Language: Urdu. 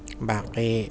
باقی